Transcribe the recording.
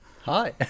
Hi